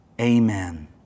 amen